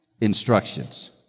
instructions